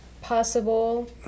possible